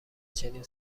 چنین